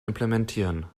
implementieren